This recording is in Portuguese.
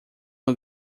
uma